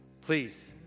Please